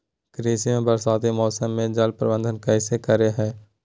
कृषि में बरसाती मौसम में जल प्रबंधन कैसे करे हैय?